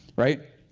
right?